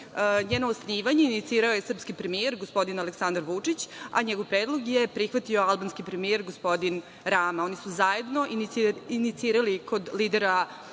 njeno osnivanje inicirao je srpski premijer gospodin Aleksandar Vučić, a njegov predlog je prihvatio albanski premijer gospodin Rama. Oni su zajedno inicirali kod lidera